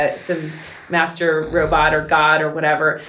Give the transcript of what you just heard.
ah some master robot or god or whatever.